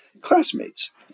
classmates